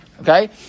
Okay